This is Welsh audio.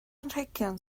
anrhegion